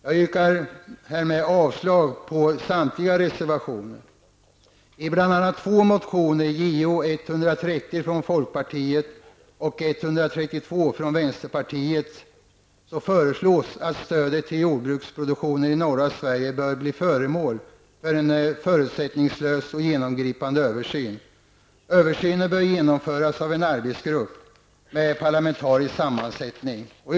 Jag yrkar härmed avslag på samtliga reservationer. Översynen bör genomföras av en arbetsgrupp med parlamentarisk sammansättning.